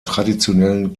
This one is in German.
traditionellen